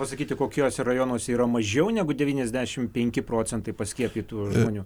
pasakyti kokiuose rajonuose yra mažiau negu devyniasdešim penki procentai paskiepytų žmonių